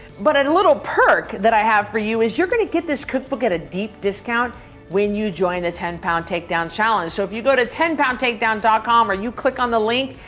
but a little perk that i have for you is you're gonna get this cookbook at a deep discount when you join the ten pound takedown challenge. so if you go to ten poundtakedown dot com or you click on the link,